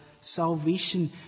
salvation